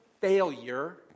failure